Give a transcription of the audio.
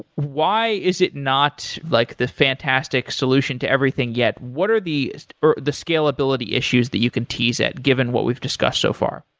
why is it not like the fantastic solution to everything yet? what are the are the scalability issues that you can tease at given what we've discussed so far?